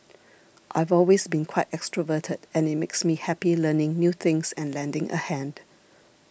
I've always been quite extroverted and it makes me happy learning new things and lending a hand